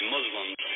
Muslims